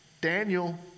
Daniel